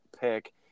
pick